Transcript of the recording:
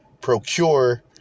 procure